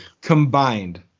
combined